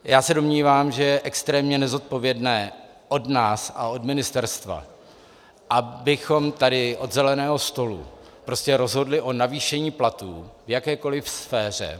Já se domnívám, že je extrémně nezodpovědné od nás a od ministerstva, abychom tady od zeleného stolu prostě rozhodli o navýšení platů v jakékoliv sféře.